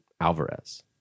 Alvarez